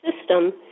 system